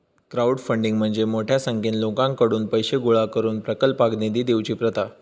crowdfunding म्हणजे मोठ्या संख्येन लोकांकडुन पैशे गोळा करून प्रकल्पाक निधी देवची प्रथा